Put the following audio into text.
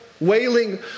Wailing